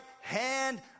hand